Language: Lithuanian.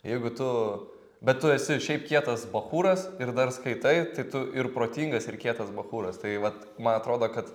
jeigu tu bet tu esi šiaip kietas bachūras ir dar skaitai tai tu ir protingas ir kietas bachūras tai vat man atrodo kad